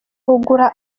ugura